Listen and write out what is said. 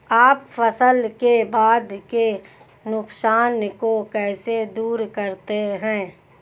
आप फसल के बाद के नुकसान को कैसे दूर करते हैं?